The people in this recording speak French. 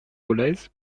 dolez